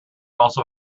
also